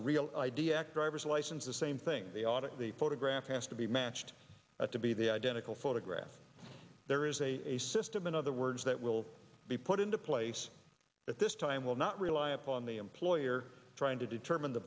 a real i d act driver's license the same thing the audit the photograph has to be matched to be the identical photograph there is a system in other words that will be put into place at this time will not rely upon the employer trying to determine the